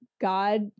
God